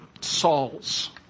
Sauls